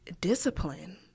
discipline